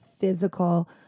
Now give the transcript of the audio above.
physical